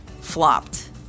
flopped